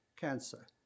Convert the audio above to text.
cancer